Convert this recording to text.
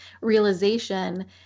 realization